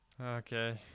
Okay